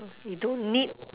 you don't need